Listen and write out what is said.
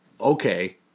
okay